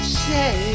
say